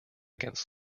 against